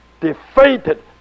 defeated